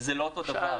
זה לא אותו דבר,